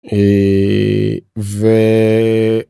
אה... ו...